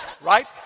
Right